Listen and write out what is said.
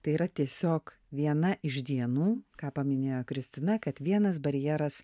tai yra tiesiog viena iš dienų ką paminėjo kristina kad vienas barjeras